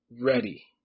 ready